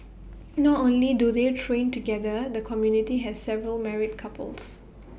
not only do they train together the community has several married couples